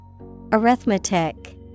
Arithmetic